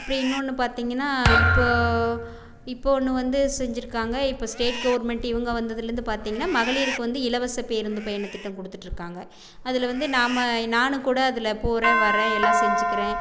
அப்புறம் இன்னொன்று பார்த்தீங்கனா இப்போது இப்போது ஒன்று வந்து செஞ்சுருக்காங்க இப்போது ஸ்டேட் கவர்மெண்ட் இவங்க வந்ததிலேருந்து பார்த்தீங்ன்னா மகளிருக்கு வந்து இலவச பேருந்து பயண திட்டம் கொடுத்துட்டு இருக்காங்க அதில் வந்து நாம் நான் கூட அதில் போகிறேன் வரேன் எல்லாம் செஞ்சுக்கிறேன்